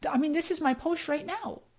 i mean this is my post right now.